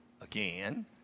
Again